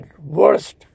worst